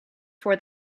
for